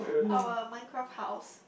ah well mind craft house